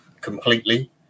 completely